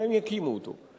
שהם יקימו אותו.